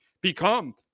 become